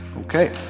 Okay